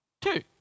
two